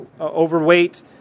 overweight